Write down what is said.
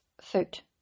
foot